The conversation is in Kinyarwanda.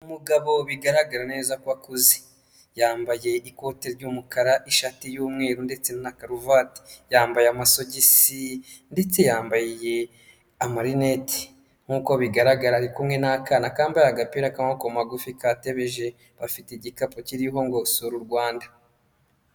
Umugabo bigaragara neza ko akuze, yambaye ikote ry'umukara ishati y'umweru ndetse na karuvati, yambaye amasogisi ndetse yambaye amarineti nk'uko bigaragara ari kumwe n'akana kambaye agapira k'amaboko magufi katebeje, bafite igikapu kiriho ngo sura u Rwanda.